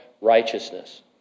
righteousness